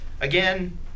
Again